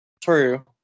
True